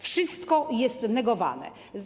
Wszystko jest negowane.